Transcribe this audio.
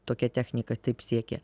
tokia technika taip siekė